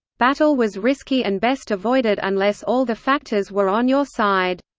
battle was risky and best avoided unless all the factors were on your side.